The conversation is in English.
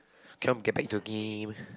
come get back to a game